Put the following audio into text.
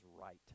right